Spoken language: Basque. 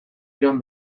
joan